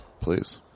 Please